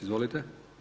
Izvolite.